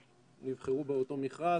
נבחרו באותו מכרז.